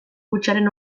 hutsaren